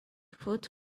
foot